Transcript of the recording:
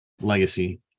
legacy